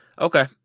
Okay